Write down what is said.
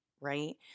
right